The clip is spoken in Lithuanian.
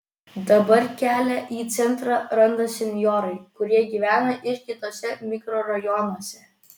dabar kelią į centrą randa senjorai kurie gyvena ir kituose mikrorajonuose